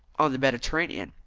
on the mediterranean,